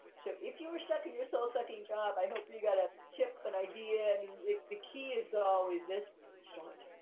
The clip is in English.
so, if you are stuck in your soul-sucking job, i hope you got a tip, an idea, and the key is always this start.